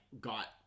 got